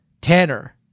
Tanner